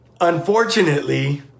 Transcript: unfortunately